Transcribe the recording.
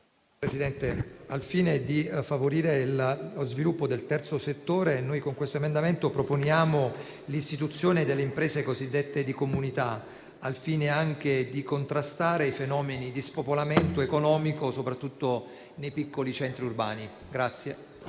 Presidente, al fine di favorire lo sviluppo del terzo settore, con l'emendamento 2.26 proponiamo l'istituzione delle imprese cosiddette di comunità, anche per contrastare i fenomeni di spopolamento economico soprattutto nei piccoli centri urbani.